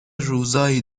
روزایی